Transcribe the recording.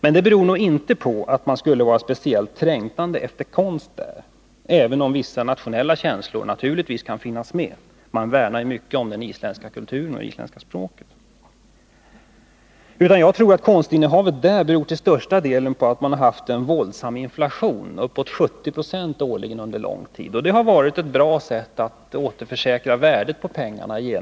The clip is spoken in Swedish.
Men det beror nog inte på att man på Island har varit speciellt trängtande efter konst, även om vissa nationella känslor naturligtvis kan finnas med i bilden — man värnar ju mycket om den egna kulturen och det egna språket. Jag tror att konstinnehavet där till största delen beror på att man haft en våldsam inflation, uppåt 70 96 årligen under lång tid. Att satsa på konst har varit ett bra sätt att återförsäkra värdet av pengarna.